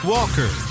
Walker